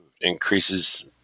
increases